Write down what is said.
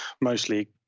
mostly